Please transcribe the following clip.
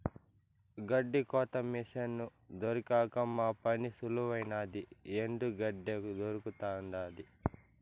గెడ్డి కోత మిసను కొన్నాక మా పని సులువైనాది ఎండు గెడ్డే దొరకతండాది